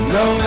no